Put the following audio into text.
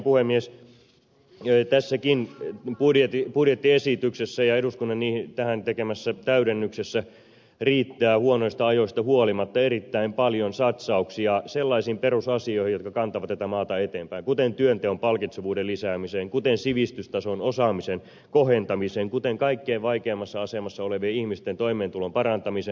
mutta kaiken kaikkiaan puhemies tässäkin budjettiesityksessä ja eduskunnan tähän tekemässä täydennyksessä riittää huonoista ajoista huolimatta erittäin paljon satsauksia sellaisiin perusasioihin jotka kantavat tätä maata eteenpäin kuten työnteon palkitsevuuden lisäämiseen kuten sivistystason osaamisen kohentamiseen kuten kaikkein vaikeimmassa asemassa olevien ihmisten toimeentulon parantamiseen